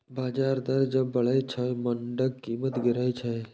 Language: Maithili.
ब्याज दर जब बढ़ै छै, बांडक कीमत गिरै छै